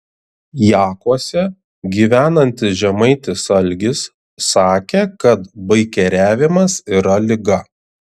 jakuose gyvenantis žemaitis algis sakė kad baikeriavimas yra liga